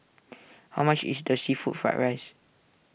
how much is the Seafood Fried Rice